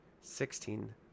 sixteen